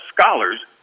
scholars